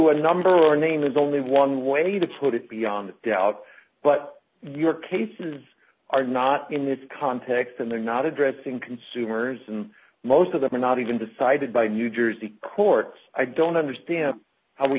a number or name is only one way to put it beyond doubt but your cases are not in this context and they're not addressing consumers and most of them are not even decided by new jersey courts i don't understand how we